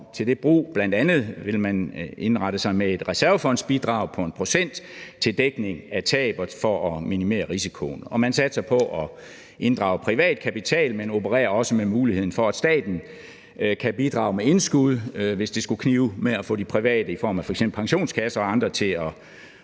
til den brug vil man indrette sig med et reservefondsbidrag på 1 pct. til dækning af tab og for at minimere risikoen, og man satser på at inddrage privat kapital, men man opererer også med muligheden for, at staten kan bidrage med indskud, hvis det skulle knibe med at få de private i form af f.eks. pensionskasser og andre til at